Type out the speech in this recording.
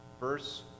verse